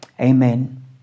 Amen